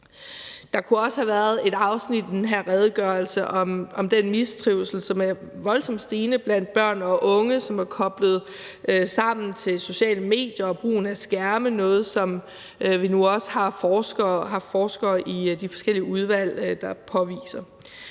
Der kunne også været et afsnit i den her redegørelse om den mistrivsel, som er voldsomt stigende blandt børn af unge, og som er koblet sammen med sociale medier og brugen af skærme – noget, som vi nu også har haft forskere i de forskellige udvalg, der har påvist.